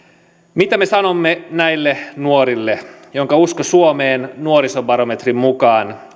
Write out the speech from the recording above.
mitä me sanomme näille nuorille joiden usko suomeen on nuorisobarometrin mukaan